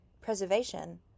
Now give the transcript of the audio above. preservation